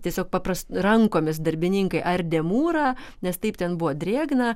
tiesiog papras rankomis darbininkai ardė mūrą nes taip ten buvo drėgna